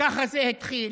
ככה זה התחיל,